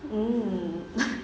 mm